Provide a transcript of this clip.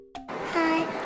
Hi